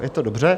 Je to dobře.